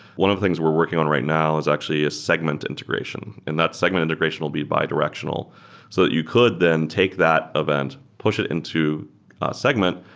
one of the things we're working on right now is actually a segment integration, and that segment integration will be bidirectional so that you could then take that event, push it into segment,